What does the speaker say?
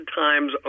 times